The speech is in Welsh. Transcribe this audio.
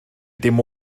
dim